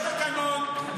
יש תקנון,